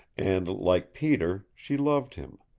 and, like peter, she loved him.